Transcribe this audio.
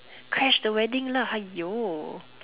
crash the wedding